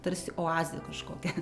tarsi oazė kažkokia